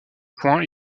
point